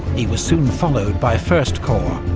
he was soon followed by first corps,